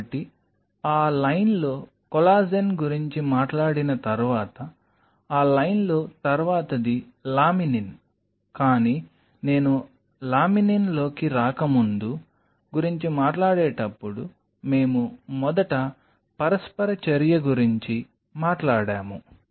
కాబట్టి ఆ లైన్లో కొల్లాజెన్ గురించి మాట్లాడిన తర్వాత ఆ లైన్లో తర్వాతిది లామినిన్ కానీ నేను లామినిన్లోకి రాకముందు గురించి మాట్లాడేటప్పుడు మేము మొదటి పరస్పర చర్య గురించి మాట్లాడాము